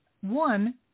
one